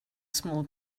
small